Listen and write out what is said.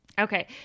okay